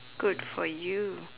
good for you